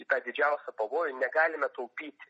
į tą didžiausią pavojų negalime taupyt